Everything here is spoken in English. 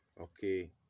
okay